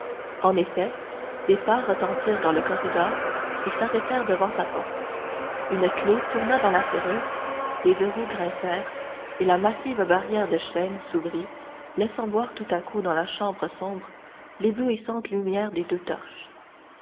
en effet des pas retentirent dans le corridor et s'arrêtèrent devant sa porte une clef tourna dans la serrure les verrous grincèrent et la massive barrière de chêne s'ouvrit laissant voir tout à coup dans la chambre sombre l'éblouissante lumière de deux torches